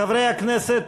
חברי הכנסת,